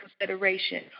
consideration